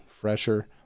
fresher